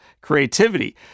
creativity